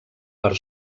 per